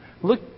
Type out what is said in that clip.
Look